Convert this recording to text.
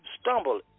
stumble